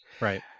Right